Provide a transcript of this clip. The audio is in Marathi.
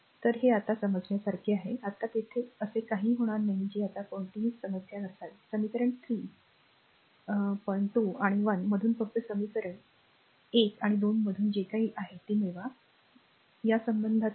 तर हे आता समजण्यासारखे आहे आता तेथे असे काहीही होणार नाही जे आता कोणतीही समस्या नसावीसमीकरण 3 2 आणि 1 मधून फक्त समीकरण r 1 आणि 2 मधून जे काही आहे ते मिळवा 2 या संबंधातून